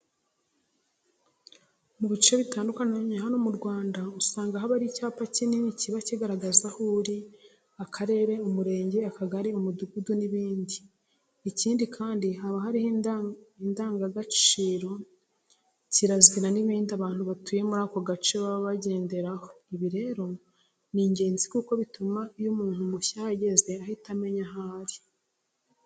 Mu bice bitandukanye hano mu Rwanda usanga haba hari icyapa kinini kiba kigaragaza aho uri, akarere, umurenge, akagari, umudugudu n'ibindi. Ikindi kandi, haba hariho indangagacire, kirazira n'ibindi abantu batuye muri ako gace baba bagenderaho. Ibi rero ni ingenzi kuko bituma iyo umuntu mushya ahageze ahita amenya aho ari.